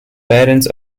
parents